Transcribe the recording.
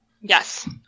Yes